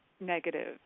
negative